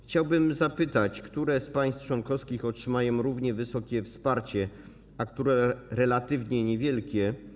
Chciałbym zapytać, które z państw członkowskich otrzymają równie wysokie wsparcie, a które relatywnie niewielkie.